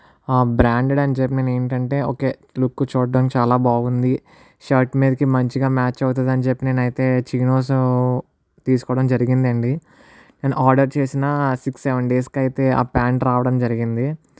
branded అని చెప్పి నేనే ఏంటంటే ఓకే లుక్ చూడడానికి చాలా బాగుంది షట్ మీదకి మంచిగా మ్యాచ్ అవుతుందని చెప్పినేను అయితే చినోస్ తీసుకోవడం జరిగిందండీ నేను ఆర్డర్ చేసిన సిక్స్ సెవెన్ డేస్ కైతే ఆ ప్యాంట్ రావడం జరిగింది